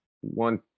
one